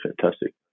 fantastic